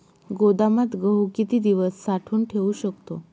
गोदामात गहू किती दिवस साठवून ठेवू शकतो?